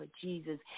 Jesus